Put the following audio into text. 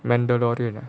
mandatory or not